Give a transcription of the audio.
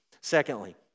Secondly